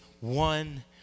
one